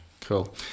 Cool